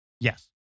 Yes